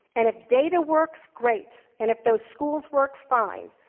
and if data works, great. and if those schools work, fine.